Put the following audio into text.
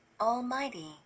almighty